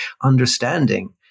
understanding